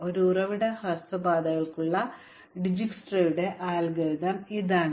ഒറ്റ ഉറവിട ഹ്രസ്വ പാതകൾക്കായുള്ള ഡിജക്സ്ട്രയുടെ അൽഗോരിതം ഇതാണ്